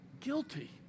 guilty